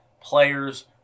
players